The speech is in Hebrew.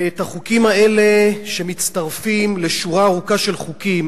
והחוקים האלה מצטרפים לשורה ארוכה של חוקים